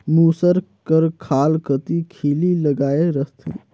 मूसर कर खाल कती खीली लगाए रहथे